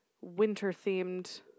winter-themed